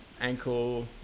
ankle